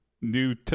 new